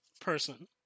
person